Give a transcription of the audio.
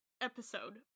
episode